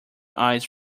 ice